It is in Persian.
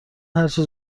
هرچه